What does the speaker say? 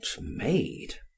made